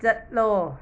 ꯆꯠꯂꯣ